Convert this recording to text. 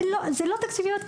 זה לא תקציביות.